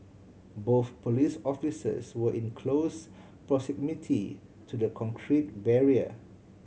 both police officers were in close proximity to the concrete barrier